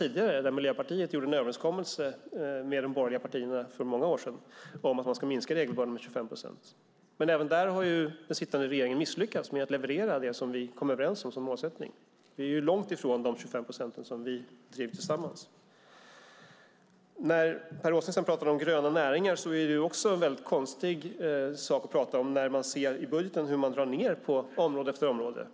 Miljöpartiet gjorde för många år sedan en överenskommelse med de borgerliga partierna om att minska regelbördan med 25 procent. Även där har den sittande regeringen misslyckats med att leverera det som vi kom överens om, det som var målsättningen. Vi är långt från de 25 procent som vi drev tillsammans. Att Per Åsling talar om gröna näringar är konstigt när vi ser hur man i budgeten drar ned på område efter område.